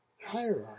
hierarchy